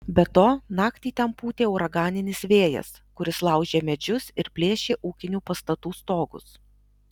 be to naktį ten pūtė uraganinis vėjas kuris laužė medžius ir plėšė ūkinių pastatų stogus